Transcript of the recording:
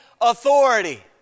authority